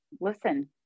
listen